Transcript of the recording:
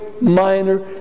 minor